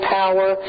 power